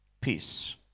peace